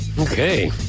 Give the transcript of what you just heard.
Okay